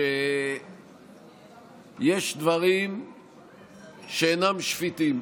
שיש דברים שאינם שפיטים.